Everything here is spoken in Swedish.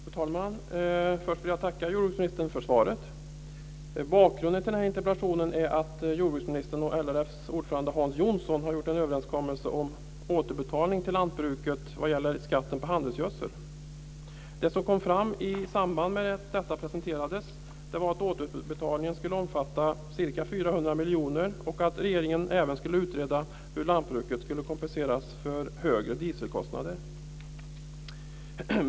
Fru talman! Först vill jag tacka jordbruksministern för svaret. Bakgrunden till interpellationen är att jordbruksministern och LRF:s ordförande Hans Jonsson har gjort en överenskommelse om återbetalning till lantbruket vad gäller skatten på handelsgödsel. Det som kom fram i samband med att detta presenterades var att återbetalningen skulle omfatta ca 400 miljoner och att regeringen även skulle utreda hur lantbruket skulle kompenseras för högre dieselkostnader.